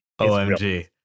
OMG